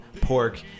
pork